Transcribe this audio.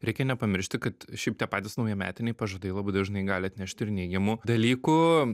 reikia nepamiršti kad šiaip tie patys naujametiniai pažadai labai dažnai gali atnešti ir neigiamų dalykų